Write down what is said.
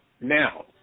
Now